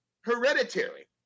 hereditary